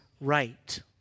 right